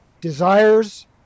desires